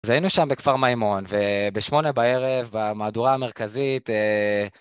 אז היינו שם בכפר מימון, ובשמונה בערב, במהדורה המרכזית...